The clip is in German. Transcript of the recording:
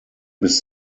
bis